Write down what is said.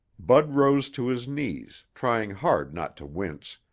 bud rose to his knees, trying hard not to wince,